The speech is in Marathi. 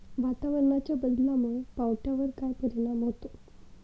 वातावरणाच्या बदलामुळे पावट्यावर काय परिणाम होतो?